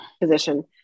position